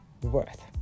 worth